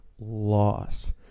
loss